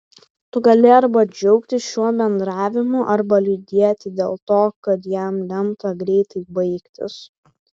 tu gali arba džiaugtis šiuo bendravimu arba liūdėti dėl to kad jam lemta greitai baigtis